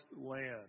land